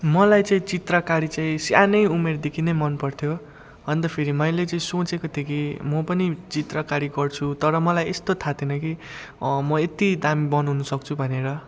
मलाई चाहिँ चित्रकारी चाहिँ सानै उमेरदेखि नै मन पर्थ्यो अन्त फेरि मैले चाहिँ सोचेको थिएँ कि म पनि चित्रकारी गर्छु तर मलाई यस्तो थाह थिएन कि म यति दामी बनाउन सक्छु भनेर